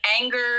anger